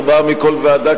ארבעה מכל ועדה,